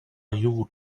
you